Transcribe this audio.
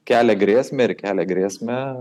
kelia grėsmę ir kelia grėsmę